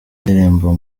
indirimbo